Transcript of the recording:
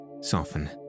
soften